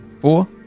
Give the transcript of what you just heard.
Four